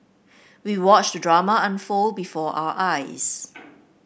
we watched the drama unfold before our eyes